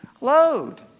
load